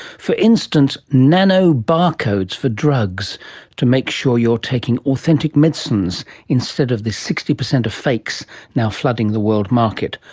for instance, nano-barcodes for drugs to make sure you are taking authentic medicines instead of the sixty percent of fakes now flooding the world market.